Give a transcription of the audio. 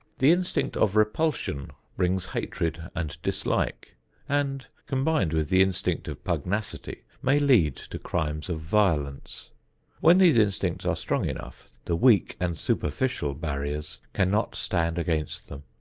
the instinct of repulsion brings hatred and dislike and, combined with the instinct of pugnacity, may lead to crimes of violence when these instincts are strong enough, the weak and superficial barriers cannot stand against them.